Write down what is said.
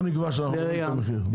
רגע,